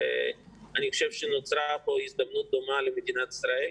אני חושב שנוצרה פה הזדמנות דומה למדינת ישראל.